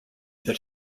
that